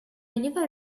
never